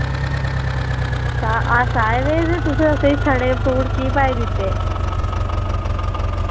सा अस आए दे हे ते तुसें असें ई सड़े फ्रूट की पाई दित्ते